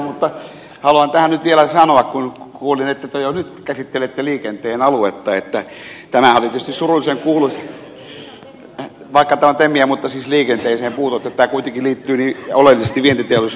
mutta haluan tähän nyt vielä sanoa kun kuulin että te jo nyt käsittelette liikenteen aluetta että tämähän oli tietysti surullisen kuuluisa vaikka tämä on temiä mutta siis liikenteeseen puututte tämä kuitenkin liittyy niin oleellisesti vientiteollisuusasiaan